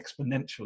exponentially